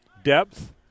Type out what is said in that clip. depth